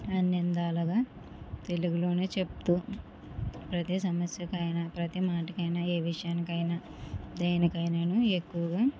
అన్ని విధాలుగా తెలుగులోనే చెబుతూ ప్రతీ సమస్యకైనా ప్రతీ మాటకైనా ఏ విషయానికైనా దేనికైనాను ఎక్కువగా